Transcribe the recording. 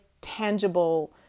tangible